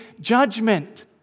judgment